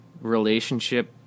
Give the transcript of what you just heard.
relationship